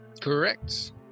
Correct